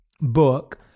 book